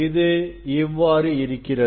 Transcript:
இது இவ்வாறு இருக்கிறது